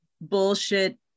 bullshit